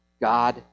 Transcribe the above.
God